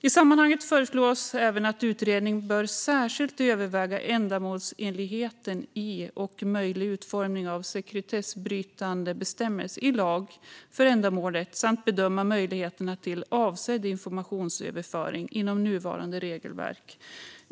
I sammanhanget föreslås även att utredningen särskilt ska överväga ändamålsenligheten i och möjlig utformning av en sekretessbrytande bestämmelse i lag för ändamålet samt bedöma möjligheterna till avsedd informationsöverföring inom nuvarande regelverk.